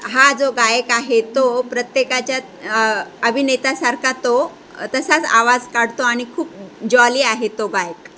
हा जो गायक आहे तो प्रत्येकाच्या अभिनेत्यासारखा तो तसाच आवाज काढतो आणि खूप जॉली आहे तो गायक